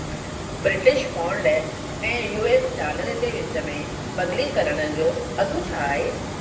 British pound ऐं ऐं U S dollar जे विच में बदिली करण जो अघु छा आहे